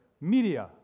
Media